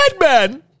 madman